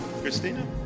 Christina